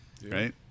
Right